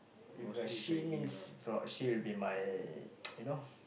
if a she means fr~ she will be my you know